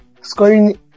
scoring